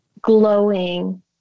Glowing